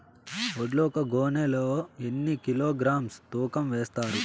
వడ్లు ఒక గోనె లో ఎన్ని కిలోగ్రామ్స్ తూకం వేస్తారు?